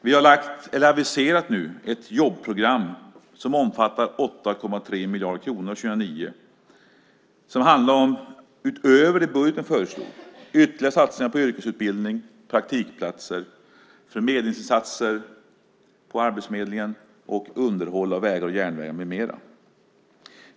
Vi har aviserat ett jobbprogram som omfattar 8,3 miljarder kronor år 2009 och som handlar om, utöver det som föreslogs i budgeten, ytterligare satsningar på yrkesutbildning, praktikplatser, förmedlingsinsatser på Arbetsförmedlingen och underhåll av vägar och järnvägar, med mera.